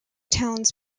towns